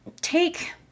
take